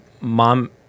mom